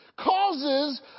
causes